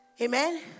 Amen